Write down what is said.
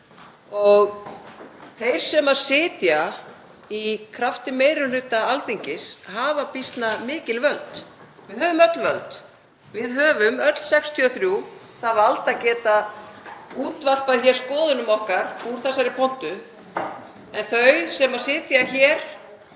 Þeir sem sitja í krafti meiri hluta Alþingis hafa býsna mikil völd. Við höfum öll völd, við höfum öll 63 það vald að geta útvarpað skoðunum okkar úr þessari pontu en þau sem sitja hér